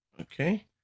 Okay